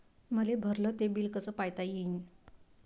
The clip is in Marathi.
मले भरल ते बिल कस पायता येईन?